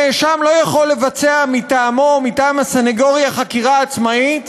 הנאשם לא יכול לבצע מטעמו או מטעם הסנגוריה חקירה עצמאית.